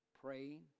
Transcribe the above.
Praying